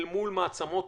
אל מול מעצמות